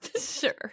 Sure